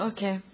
Okay